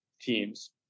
teams